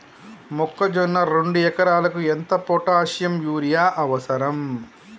మొక్కజొన్న రెండు ఎకరాలకు ఎంత పొటాషియం యూరియా అవసరం?